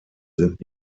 sind